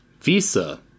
visa